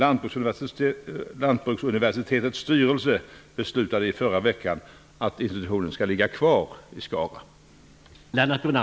Lantbruksuniversitetets styrelse be slutade i förra veckan att institutionen skall ligga kvar i Skara.